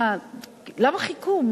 למה חיכו?